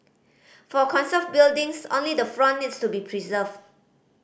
for conserved buildings only the front needs to be preserved